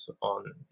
on